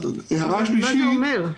מה זה אומר?